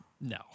No